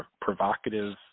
provocative